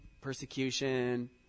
persecution